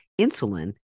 insulin